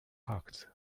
facts